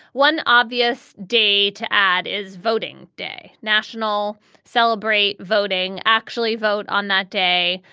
one obvious day to add is voting day national celebrate voting actually vote on that day.